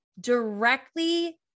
directly